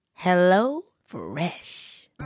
HelloFresh